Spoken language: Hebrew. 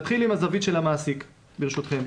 נתחיל עם הזווית של המעסיק, ברשותכם.